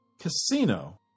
Casino